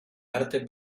arte